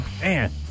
Man